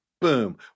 Boom